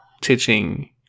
teaching